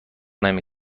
نمی